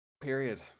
Period